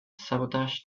sabotage